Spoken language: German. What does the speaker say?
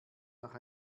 nach